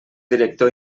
director